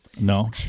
No